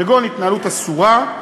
כגון התנהלות אסורה,